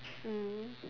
mm